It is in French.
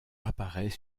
apparaît